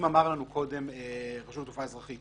אם אמרה לנו קודם רשות התעופה האזרחית